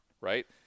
right